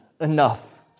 enough